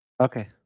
Okay